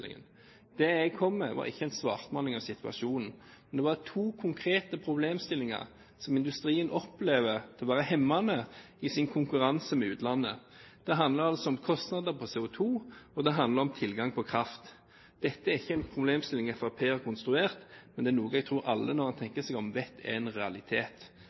som industrien opplever som hemmende i konkurransen med utlandet. Det handler om kostnader ved CO2, og det handler om tilgang på kraft. Dette er ikke en problemstilling Fremskrittspartiet har konstruert, men det er noe jeg tror alle, når en tenker seg om, vet er en realitet.